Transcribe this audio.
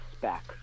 back